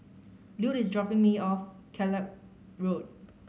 Lute is dropping me off Kellock Road